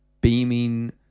beaming